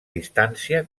distància